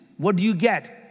what do you get?